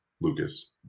Lucas